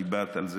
את דיברת על זה,